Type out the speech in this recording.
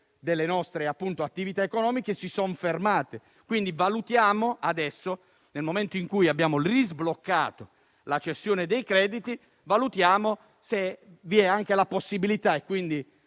delle nostre attività economiche si sono fermati; valutiamo adesso, nel momento in cui abbiamo risbloccato la cessione dei crediti, se vi è la possibilità